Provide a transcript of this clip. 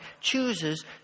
chooses